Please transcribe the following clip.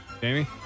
Jamie